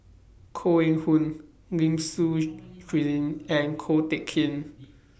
Koh Eng Hoon Lim Suchen cuision and Ko Teck Kin